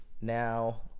Now